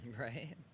Right